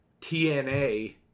TNA